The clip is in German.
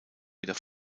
wieder